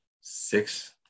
Six